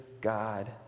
God